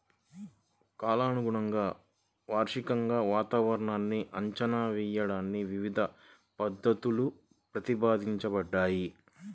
కాలానుగుణంగా, వార్షికంగా వాతావరణాన్ని అంచనా వేయడానికి వివిధ పద్ధతులు ప్రతిపాదించబడ్డాయి